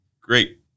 great